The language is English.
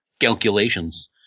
calculations